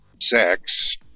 sex